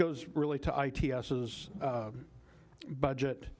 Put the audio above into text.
goes really to budget